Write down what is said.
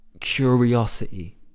curiosity